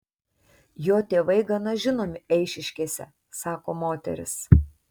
jo tėvai gana žinomi eišiškėse sako moteris